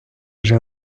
вже